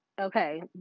Okay